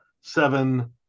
Seven